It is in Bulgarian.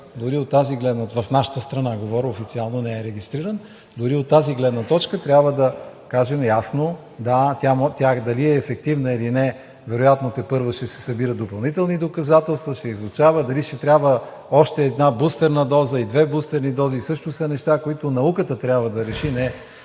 нашата страна говоря, официално не е регистриран, дори от тази гледна точка трябва да кажем ясно – да, тя дали е ефективна или не, вероятно тепърва ще се събират допълнителни доказателства, ще се изучава дали ще трябва още една бустерна доза, и две бустерни дози, също са неща, които науката трябва да реши, не